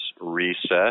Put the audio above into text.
reset